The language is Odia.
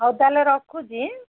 ହଉ ତା'ହେଲେ ରଖୁଛି